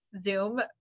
Zoom